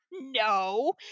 no